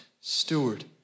steward